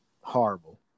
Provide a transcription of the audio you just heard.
Horrible